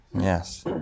Yes